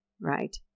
right